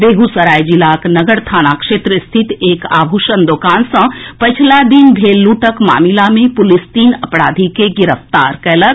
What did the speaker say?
बेगूसराय जिलाक नगर थाना क्षेत्र रिथत एक आभूषण दोकान सँ पछिला दिन भेल लूटक मामिला मे पुलिस तीन अपराधी के गिरफ्तार कएलक